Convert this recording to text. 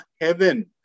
heaven